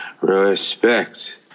respect